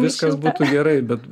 viskas gerai bet